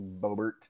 Bobert